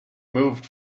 moved